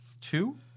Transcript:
two